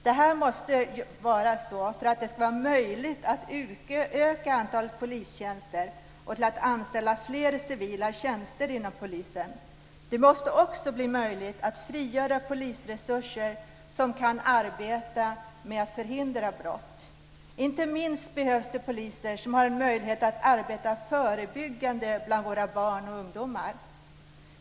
Det måste vara så för att det ska vara möjligt att utöka antalet polistjänster och anställa fler till civila tjänster inom polisen. Det måste också bli möjligt att frigöra polisresurser som kan arbeta med att förhindra brott. Inte minst behövs det också poliser som har möjlighet att arbeta förebyggande bland våra barn och ungdomar.